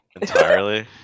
Entirely